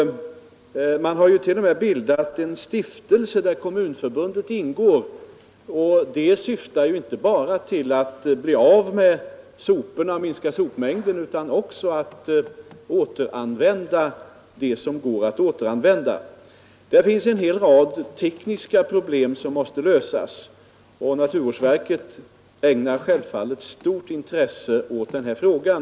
Man har t.o.m. bildat en stiftelse, dir Kommunförbundet ingår, och det syftar inte bara till att minska sopmängden utan också till återanvändning av det som går att återanvända. Där finns en hel rad tekniska problem som måste lösas, och naturvårdsverket ägnar självfallet stort intresse åt denna fråga.